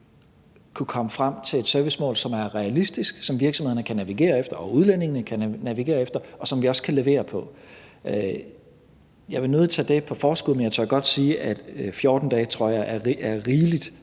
kunne komme frem til et servicemål, som er realistisk, som virksomhederne kan navigere efter og udlændingene kan navigere efter, og som vi også kan levere på. Jeg vil nødig tage det på forskud, men jeg tør godt sige, at jeg tror, at 14 dage er rigelig